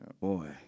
Boy